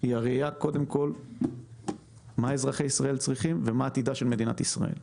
היא קודם כל מה אזרחי ישראל צריכים ומה עתידה של מדינת ישראל.